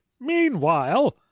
meanwhile